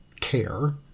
care